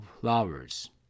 flowers